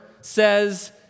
says